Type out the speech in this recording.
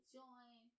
join